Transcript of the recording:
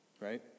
right